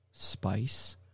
Spice